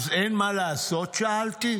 'אז אין מה לעשות?' שאלתי.